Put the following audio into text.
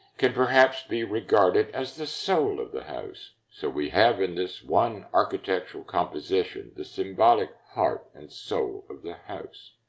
can perhaps be regarded as the soul of the house. so we have in this one architectural composition the symbolic heart and soul so of the house.